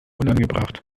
unangebracht